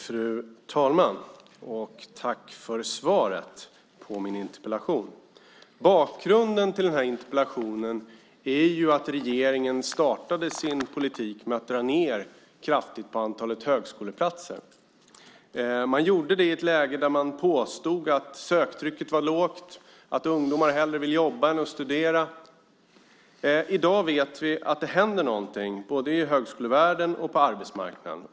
Fru talman! Tack för svaret på min interpellation. Bakgrunden till interpellationen är att regeringen startade sin politik med att kraftigt dra ned på antalet högskoleplatser. Man gjorde det i ett läge där man påstod att söktrycket var lågt och att ungdomar hellre vill jobba än studera. I dag vet vi att det händer något både i högskolevärlden och på arbetsmarknaden.